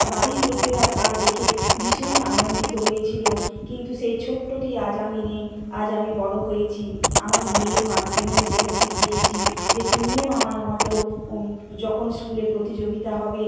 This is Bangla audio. বাড়ির লোকেরা তা দেখে ভীষণ আনন্দিত হয়েছিল কিন্তু সেই ছোটোটি আজ আমি নেই আজ আমি বড় হয়েছি আমার মেয়ের মাধ্যমেও সেটা শিখিয়েছি যে তুমিও আমার মতো যখন স্কুলে প্রতিযোগিতা হবে